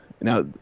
Now